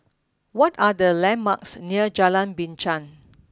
what are the landmarks near Jalan Binchang